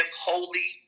holy